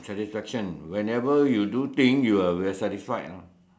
satisfaction whenever you do things you will satisfied ah